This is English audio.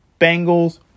Bengals